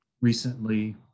recently